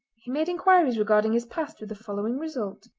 he made inquiries regarding his past with the following result.